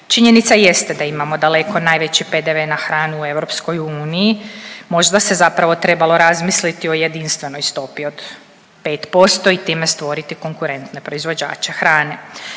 Činjenica jeste da imamo daleko najveći PDV na hranu u EU. Možda se zapravo trebalo razmisliti o jedinstvenoj stopi od 5% i time stvoriti konkurentne proizvođače hrane.